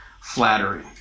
flattery